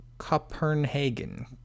Copenhagen